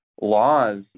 laws